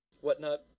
whatnot